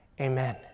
Amen